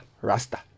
rasta